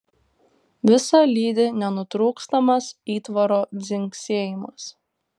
visa lydi nenutrūkstamas įtvaro dzingsėjimas